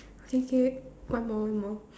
okay okay one more one more